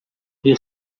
you